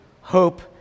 hope